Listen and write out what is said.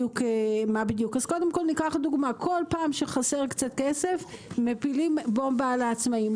למשל כל פעם שחסר קצת כסף מפילים בומבה על העצמאיים.